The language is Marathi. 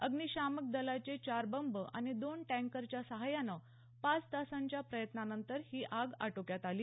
अग्निशामक दलाचे चार बंब आणि दोन टँकरच्या सहाय्याने पाच तासांच्या प्रयत्नांनंतर ही आग आटोक्यात आली